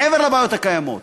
מעבר לבעיות הקיימות,